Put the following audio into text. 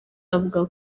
avuga